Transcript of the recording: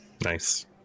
Nice